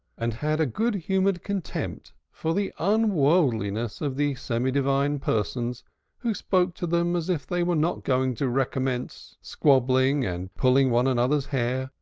and had a good-humored contempt for the unworldliness of the semi-divine persons who spoke to them as if they were not going to recommence squabbling, and pulling one another's hair,